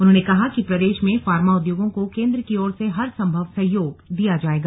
उन्होंने कहा कि प्रदेश में फार्मा उद्योगों को केन्द्र की ओर से हर सम्भव सहयोग दिया जायेगा